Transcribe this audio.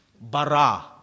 Bara